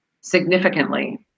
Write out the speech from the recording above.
significantly